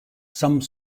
some